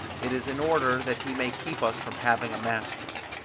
it is in order that he may keep us from having a master.